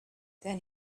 then